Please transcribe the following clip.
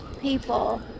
people